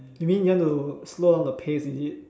you mean you want to slow down the pace is it